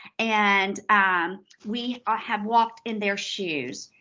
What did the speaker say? and um we ah have walked in their shoes,